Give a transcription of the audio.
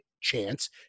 chance